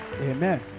Amen